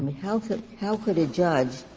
how so how could a judge